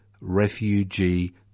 refugee